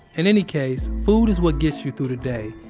in any case, food is what gets you through the day,